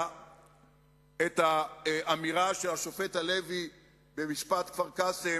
את האמירה של השופט הלוי במשפט כפר-קאסם,